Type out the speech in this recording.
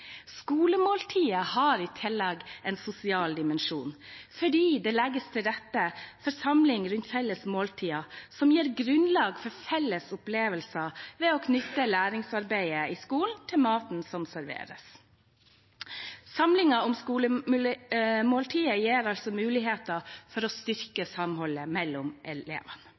Skolemåltidet har i tillegg en sosial dimensjon fordi det legges til rette for samling rundt felles måltider, som gir grunnlag for felles opplevelser ved å knytte læringsarbeidet i skolen til maten som serveres. Samling om skolemåltidene gir altså muligheter til å styrke samholdet mellom elevene.